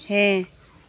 ᱦᱮᱸ